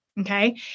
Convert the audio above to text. Okay